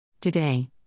Today